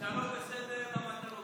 כשאתה לא בסדר, למה אתה לא בסדר?